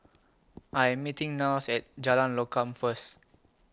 I Am meeting Niles At Jalan Lokam First